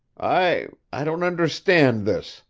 i i don't understand this,